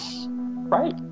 right